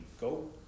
go